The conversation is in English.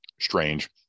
strange